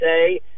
say